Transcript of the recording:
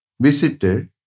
visited